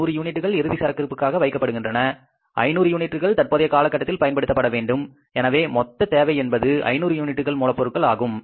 100 யூனிட்டுகள் இறுதி சரக்கிற்காக வைக்கப்படுகின்றன 500 யூனிட்டுகள் தற்போதைய காலகட்டத்தில் பயன்படுத்த வேண்டும் எனவே மொத்த தேவை என்பது 500 யூனிட்டுகள் மூலப்பொருட்கள் ஆகும்